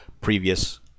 previous